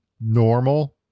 normal